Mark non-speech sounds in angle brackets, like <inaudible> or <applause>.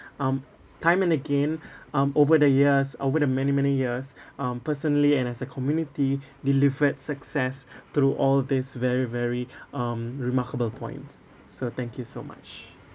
um time and again <breath> um over the years over the many many years <breath> um personally and as a community delivered success <breath> through all these very very <breath> um remarkable points so thank you so much